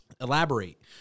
Elaborate